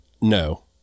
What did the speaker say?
no